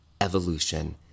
evolution